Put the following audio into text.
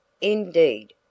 Indeed